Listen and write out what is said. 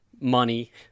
money